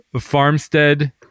Farmstead